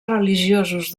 religiosos